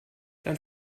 dann